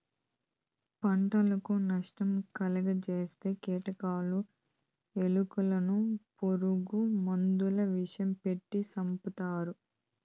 పంటకు నష్టం కలుగ జేసే కీటకాలు, ఎలుకలను పురుగు మందుల విషం పెట్టి సంపుతారు